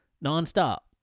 non-stop